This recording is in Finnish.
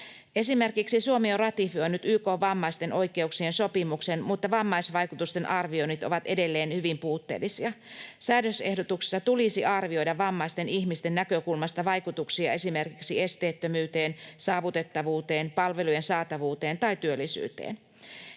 Esimerkiksi Suomi on ratifioinut YK:n vammaisten oikeuksien sopimuksen, mutta vammaisvaikutusten arvioinnit ovat edelleen hyvin puutteellisia. Säädösehdotuksessa tulisi arvioida vammaisten ihmisten näkökulmasta vaikutuksia esimerkiksi esteettömyyteen, saavutettavuuteen, palvelujen saatavuuteen tai työllisyyteen.